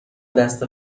دست